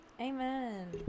Amen